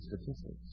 statistics